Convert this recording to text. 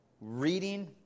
reading